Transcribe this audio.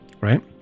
right